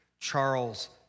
Charles